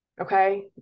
Okay